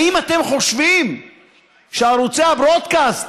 האם אתם חושבים שערוצי הברודקאסט,